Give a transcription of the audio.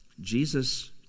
Jesus